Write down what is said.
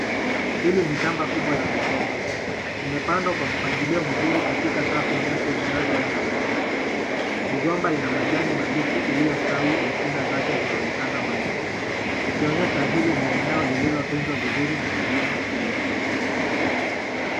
Hili ni shamba kubwa la migomba. Imepandwa kwa mpangilio mzuri katika safu ndefu zinazoenda mbali. Migomba ina majani mabichi iliyostawi na shina zake zinaonekana wazi. Ikionyesha hili ni eneo lililotunzwa vizuri na kilimo kimeenezwa.